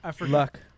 luck